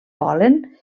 volen